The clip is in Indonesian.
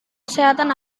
kesehatan